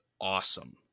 awesome